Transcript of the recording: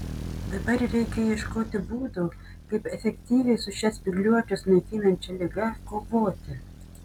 dabar reikia ieškoti būdų kaip efektyviai su šia spygliuočius naikinančia liga kovoti